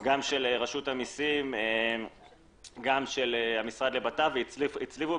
של רשות המסים ושל המשרד לבט"פ והצליבו